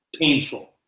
painful